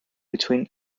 between